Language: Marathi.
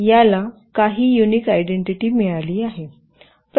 याला काही युनिक आयडेंटिटी मिळाली आहे